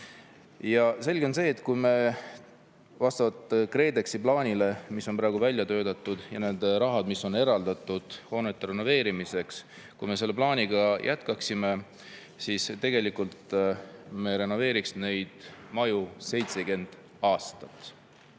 Selge on see, et kui me vastavalt KredExi plaanile, mis on praegu välja töötatud, selle rahaga, mis on eraldatud hoonete renoveerimiseks, selle plaaniga jätkaksime, siis me renoveeriksime neid maju 70 aastat.